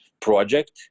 project